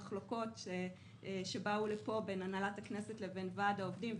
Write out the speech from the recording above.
מחלוקות שבאו לפה בין הנהלת הכנסת לבין ועד העובדים.